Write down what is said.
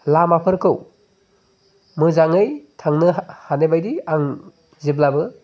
लामाफोरखौ मोजाङै थांनो हानायबायदि आं जेब्लाबो